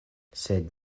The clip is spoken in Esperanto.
sed